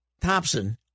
Thompson